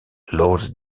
lord